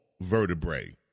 vertebrae